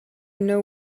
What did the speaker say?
know